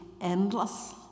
endless